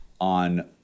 on